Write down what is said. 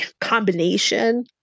combination